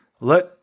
Let